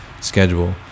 schedule